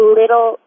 little